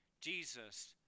Jesus